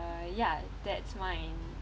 uh ya that's mine